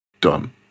done